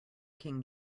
king